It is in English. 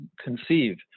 conceive